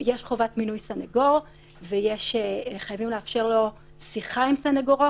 יש חובת מינוי סנגור וחייבים לאפשר לו שיחה עם סנגורו,